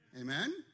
Amen